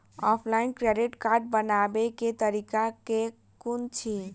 Offline credit card बनाबै केँ तरीका केँ कुन अछि?